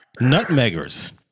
nutmeggers